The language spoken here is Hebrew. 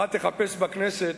מה תחפש בכנסת,